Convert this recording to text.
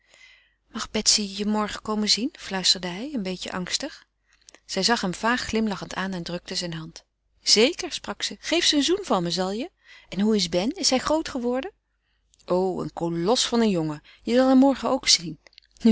mag betsy je morgen komen zien fluisterde hij een beetje angstig zij zag hem vaag glimlachend aan en drukte zijne hand zeker sprak ze geef ze een zoen van me zal je en hoe is ben is hij groot geworden o een kolos van een jongen je zal hem morgen ook zien